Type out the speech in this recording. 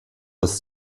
das